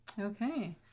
Okay